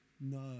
No